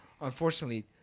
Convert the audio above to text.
unfortunately